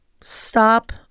stop